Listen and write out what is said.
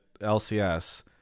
lcs